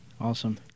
awesome